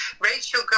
Rachel